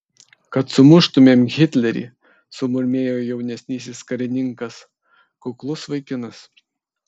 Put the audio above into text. kad sumuštumėm hitlerį sumurmėjo jaunesnysis karininkas kuklus vaikinas